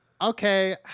okay